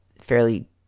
fairly